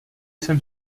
jsem